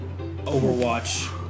Overwatch